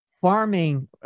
farming